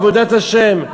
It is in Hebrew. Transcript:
עבודת השם.